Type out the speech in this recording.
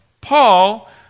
Paul